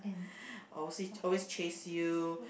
obviously always chase you